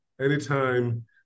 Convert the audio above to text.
anytime